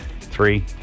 three